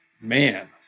Man